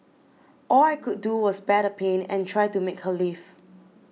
all I could do was bear the pain and try to make her leave